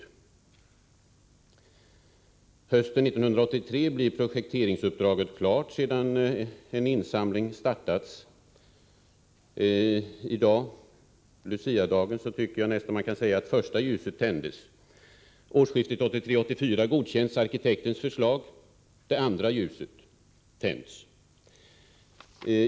År 1981 startade man en insamling för kårhusbygget. Projekteringsuppdraget blev klart hösten 1983. I dag, på Luciadagen, tycker jag att man kan säga att det var då det första ljuset tändes för kårhusbygget. Årsskiftet 1983-1984 godkändes arkitektens förslag, och det andra ljuset kunde tändas.